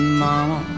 mama